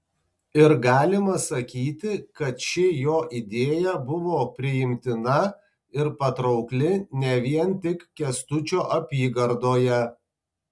ir galima sakyti kad ši jo idėja buvo priimtina ir patraukli ne vien tik kęstučio apygardoje